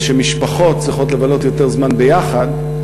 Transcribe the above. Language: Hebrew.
ושמשפחות צריכות לבלות יותר זמן יחד,